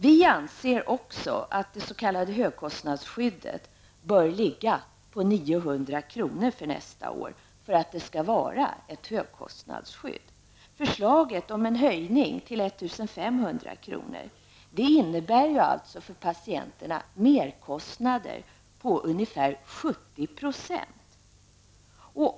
Vi anser också att det s.k. högkostnadsskyddet bör vara 900 kr. för nästa år -- för att det skall vara ett högkostnadsskydd. Förslaget om en höjning till 1 500 kronor innebär för patienterna merkostnader på ungefär 70 %.